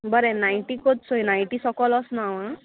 बरें नायटी कोच सोय नायटी सोकोल वोसना हांव आ